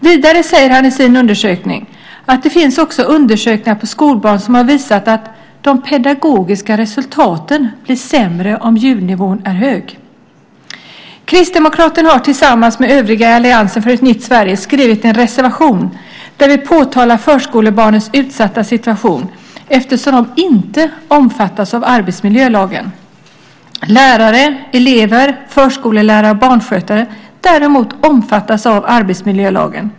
Vidare säger han att undersökningar på skolbarn har visat att de pedagogiska resultaten också blir sämre om ljudnivån är hög. Kristdemokraterna har tillsammans med övriga i alliansen för ett nytt Sverige skrivit en reservation där vi påtalar att förskolebarnen har en utsatt situation eftersom de inte omfattas av arbetsmiljölagen. Lärare, elever, förskollärare och barnskötare däremot omfattas av arbetsmiljölagen.